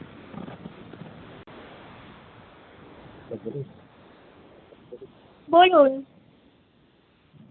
বলুন